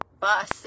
bus